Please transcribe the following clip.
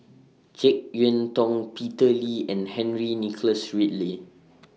Jek Yeun Thong Peter Lee and Henry Nicholas Ridley